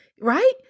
right